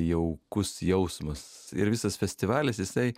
jaukus jausmas ir visas festivalis jisai